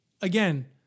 again